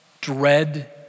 dread